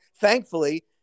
Thankfully